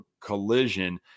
collision